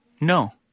no